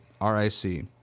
R-I-C